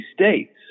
states